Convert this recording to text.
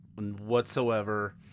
whatsoever